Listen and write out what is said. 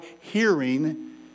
hearing